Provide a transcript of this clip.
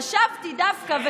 חשבתי דווקא,